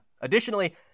Additionally